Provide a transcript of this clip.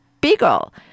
beagle